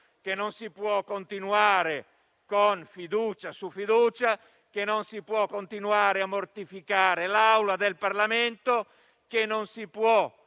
che non si può continuare con fiducia su fiducia; che non si può continuare a mortificare l'Aula del Parlamento; che non si può